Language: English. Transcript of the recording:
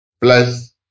plus